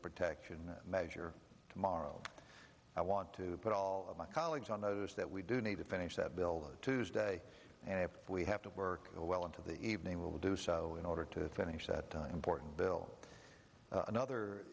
protection measure tomorrow i want to put all of my colleagues on notice that we do need to finish that bill tuesday and we have to work well into the evening will do so in order to finish that important bill another